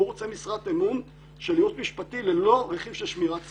הוא רוצה משרת אמון של יועץ משפטי ללא רכיב של שמירת סף.